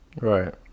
Right